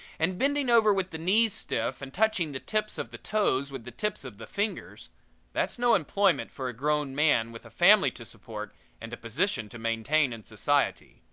and bending over with the knees stiff and touching the tips of the toes with the tips of the fingers that's no employment for a grown man with a family to support and a position to maintain in society.